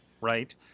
right